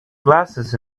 glasses